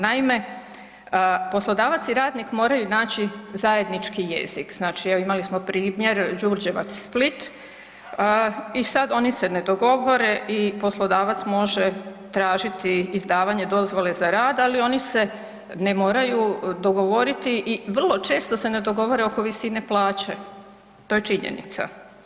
Naime, poslodavac i radnik moraju naći zajednički jezik, evo imali smo primjer Đurđevac-Split i sad oni se ne dogovore i poslodavac može tražiti izdavanje dozvole za rad, ali oni se ne moraju dogovoriti i vrlo često se ne dogovore oko visine plaće, to je činjenica.